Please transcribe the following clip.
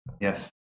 yes